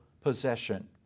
possession